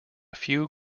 few